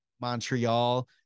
Montreal